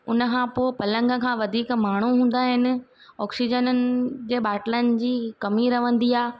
उनखां पोइ पलंग खां वधीक माण्हू हूंदा आहिनि ऑक्सीजननि जे बाटलनि जी कमी रहंदी आहे